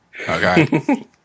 Okay